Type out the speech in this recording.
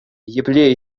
епле